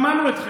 שמענו אתכם.